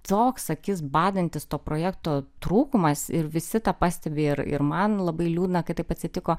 toks akis badantis to projekto trūkumas ir visi tą pastebi ir ir man labai liūdna kad taip atsitiko